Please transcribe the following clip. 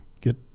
Get